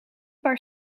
paar